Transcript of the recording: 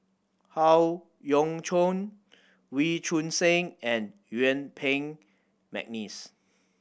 Howe Yoon Chong Wee Choon Seng and Yuen Peng McNeice